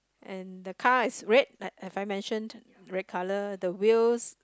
and the car is red like have I mentioned red colour the wheels